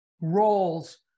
roles